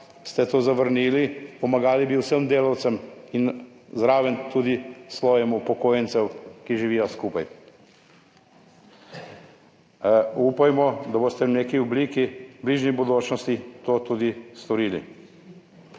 ste to zavrnili. Pomagali bi vsem delavcem in zraven tudi slojem upokojencev, ki živijo skupaj. Upajmo, da boste v neki obliki, bližnji bodočnosti to tudi storili.